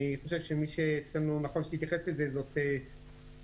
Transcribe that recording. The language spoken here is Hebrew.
אני חושב שמי שנכון שתתייחס לזה זו עו"ד